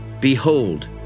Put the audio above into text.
Behold